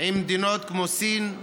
עם מדינות כמו סין,